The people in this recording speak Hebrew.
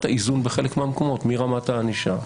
האיזון בחלק מהמקומות מרמת הענישה.